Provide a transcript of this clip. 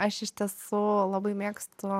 aš iš tiesų labai mėgstu